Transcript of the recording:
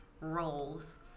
roles